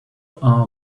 are